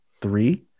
three